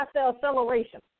acceleration